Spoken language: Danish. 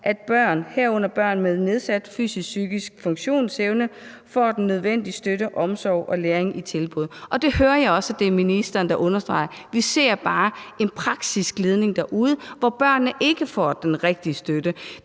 børn med nedsat fysisk og psykisk funktionsevne, får den nødvendige støtte, omsorg og læring i tilbud, og det hører jeg også at ministeren understreger. Vi ser bare en praksisglidning derude, hvor børnene ikke får den rigtige støtte.